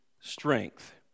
strength